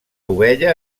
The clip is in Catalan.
ovella